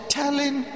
telling